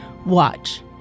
watch